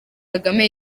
kagame